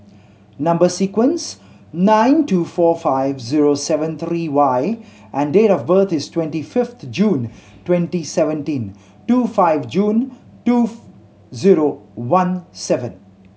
number sequence nine two four five zero seven three Y and date of birth is twenty fifth June twenty seventeen two five June two zero one seven